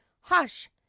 hush